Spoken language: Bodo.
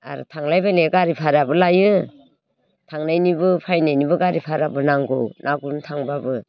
आरो थांलाय फैलाय गारि बारहाबो लायो थांनायनिबो फैनायनिबो गारि बारहाबो नांगौ ना गुरनो थांबाबो